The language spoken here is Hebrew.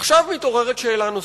עכשיו מתעוררת שאלה נוספת: